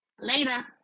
later